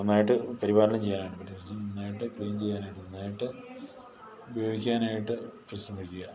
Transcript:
നന്നായിട്ട് പരിപാലനം ചെയ്യാനായിട്ട് നന്നായിട്ട് ക്ലീൻ ചെയ്യാനായിട്ട് നന്നായിട്ട് ഉപയോഗിക്കാനായിട്ട് പരിശ്രമിക്കുക